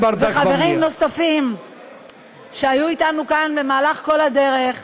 נוסף על כך מוצע בהצעת החוק כי הרשויות המקומיות